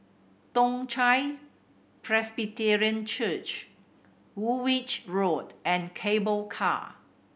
Toong Chai Presbyterian Church Woolwich Road and Cable Car